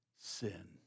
sin